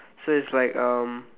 so it's like um